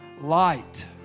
light